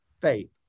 faith